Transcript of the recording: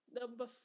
Number